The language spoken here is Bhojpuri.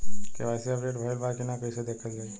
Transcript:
के.वाइ.सी अपडेट भइल बा कि ना कइसे देखल जाइ?